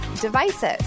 devices